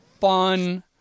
fun